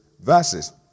verses